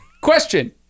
Question